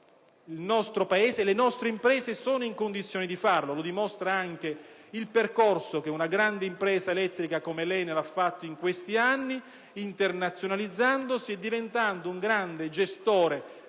Il nostro Paese e le nostre imprese sono in condizione di farlo, come dimostra anche il percorso che una grande impresa elettrica come l'ENEL ha fatto in questi anni, internazionalizzandosi e diventando un grande gestore di